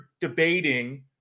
debating